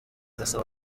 gasore